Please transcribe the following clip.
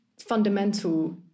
fundamental